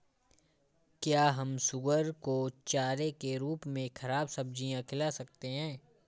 क्या हम सुअर को चारे के रूप में ख़राब सब्जियां खिला सकते हैं?